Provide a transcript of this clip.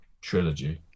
trilogy